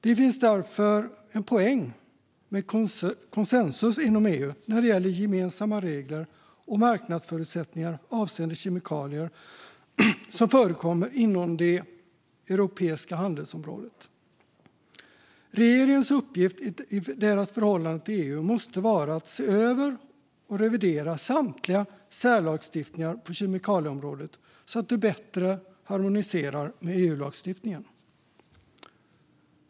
Det finns därför en poäng med konsensus inom EU när det gäller gemensamma regler och marknadsförutsättningar avseende kemikalier som förekommer inom det europeiska handelsområdet. Regeringens uppgift i sitt förhållande till EU måste vara att se över och revidera samtliga särlagstiftningar på kemikalieområdet så att de bättre harmoniserar med EU-lagstiftningen.